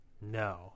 No